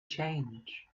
change